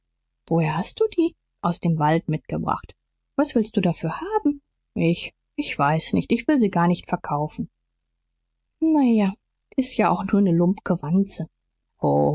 woher hast du die aus dem wald mitgebracht was willst du dafür haben ich ich weiß nicht ich will sie gar nicht verkaufen na ja s ist ja auch nur ne lump'ge wanze